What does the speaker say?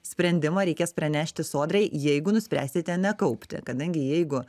sprendimą reikės pranešti sodrai jeigu nuspręsite nekaupti kadangi jeigu